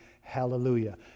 hallelujah